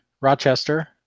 Rochester